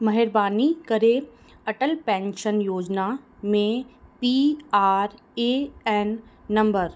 महिरबानी करे अटल पैंशन योजना में P R A N number